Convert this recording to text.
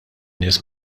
nies